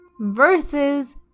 versus